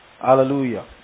Hallelujah